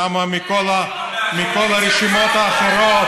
כמה מכל הרשימות האחרות,